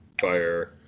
fire